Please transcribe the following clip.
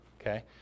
okay